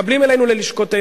מקבלים אלינו ללשכותינו,